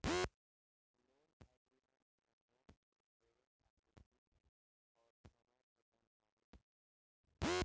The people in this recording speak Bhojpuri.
लोन एग्रीमेंट में लोन के देवे खातिर किस्त अउर समय के जानकारी भी होला